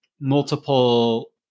multiple